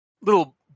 little